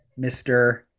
Mr